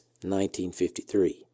1953